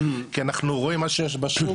כי אנחנו רואים מה שיש בשוק,